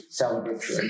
celebratory